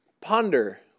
ponder